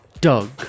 Doug